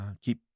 keep